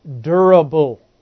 Durable